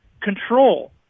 control